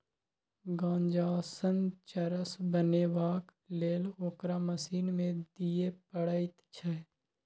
गांजासँ चरस बनेबाक लेल ओकरा मशीन मे दिए पड़ैत छै